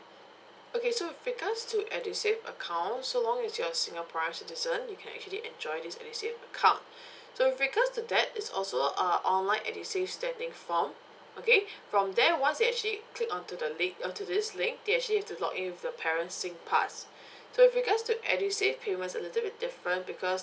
okay so with regards to edusave account so long as you are singaporean citizen you can actually enjoy this edusave account so with regards to that it's also uh online edusave standing form okay from there once they actually click onto the link oh to this link they actually have to log in with the parents' singpass so with regards to edusave payment a little bit different because